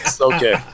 Okay